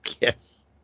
Yes